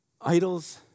Idols